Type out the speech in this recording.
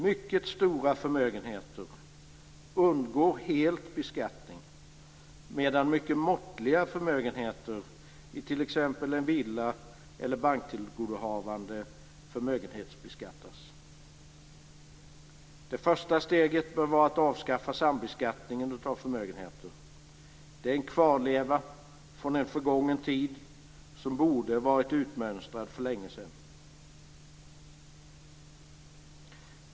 Mycket stora förmögenheter undgår helt beskattning, medan mycket måttliga förmögenheter i t.ex. en villa eller banktillgodohavande förmögenhetsbeskattas. Det första steget bör vara att avskaffa sambeskattningen av förmögenheter. Det är en kvarleva från en förgången tid som borde varit utmönstrad för länge sedan.